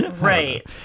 Right